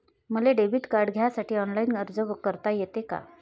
मले debit card घ्यासाठी online अर्ज करता येते का?